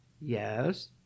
Yes